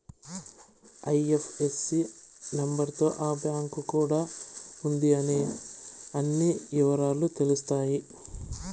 IFSC number తో ఆ bank యాడా ఉంది అనే అన్ని ఇవరాలు తెలుత్తాయి